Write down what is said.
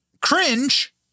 Cringe